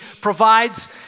provides